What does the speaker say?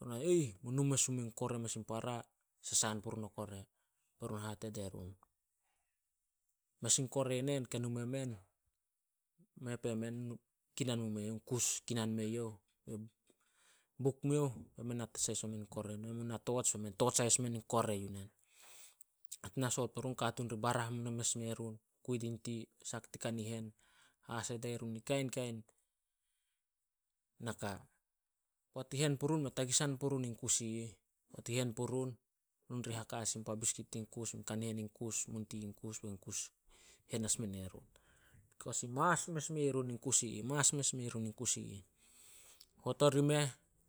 Mes in poat be run na bit mendie youh, natu. Bit bo yarun kana pinipo. Nao rih berun na soot orih. Aih, mu nu mes mu meh kore mes in para, sasan purun o kore. Berun hate die run, "Mes in kore nen ke nume men, mei pue men kinan mu me youh, kus kinan me youh, buk me youh be men nate sahis omen in kore." Nu men na torch be men e torch sahis mes men i kore yu nen. Poat ina soot purun katuun ri barah mes me run. Kui din tea, sak din kanihen haso die run Kainkain naka. Poat i hen purun, mei tagisan purun in kus i ih. Poat i hen purun, run di haka as pa biskit tin kus, mun kanihen in kus, mun tea in kus bein kus hen as mene run. Mas mes mei run in kus i ih, mas mes mei run in kus ih. hot orimeh.